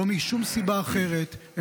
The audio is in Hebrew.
לא משום סיבה אחרת,